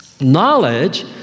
Knowledge